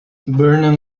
burnham